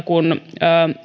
kun